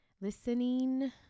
listening